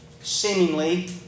seemingly